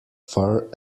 far